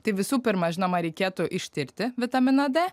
tai visų pirma žinoma reikėtų ištirti vitaminą d